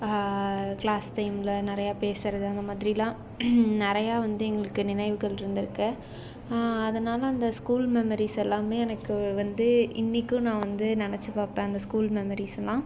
class டைம்ல நிறையா பேசுகிறது அந்த மாதிரிலாம் நிறையா வந்து எங்களுக்கு நினைவுகள் இருந்திருக்கு அதனால் அந்த ஸ்கூல் மெமரீஸ் எல்லாமே எனக்கு வந்து இன்னைக்கும் நான் வந்து நினச்சி பார்ப்பேன் அந்த ஸ்கூல் மெமரீஸலாம்